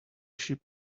ship